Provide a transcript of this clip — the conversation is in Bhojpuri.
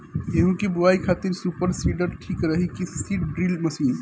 गेहूँ की बोआई खातिर सुपर सीडर ठीक रही की सीड ड्रिल मशीन?